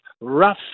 rough